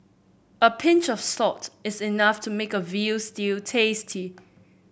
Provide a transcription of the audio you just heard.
a pinch of salt is enough to make a veal stew tasty